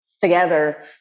together